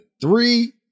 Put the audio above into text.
three